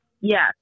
Yes